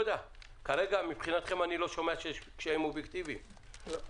זה כי ה"אני מאמין" של משרד האנרגיה אני לא שומע אותו כאן,